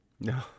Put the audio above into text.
No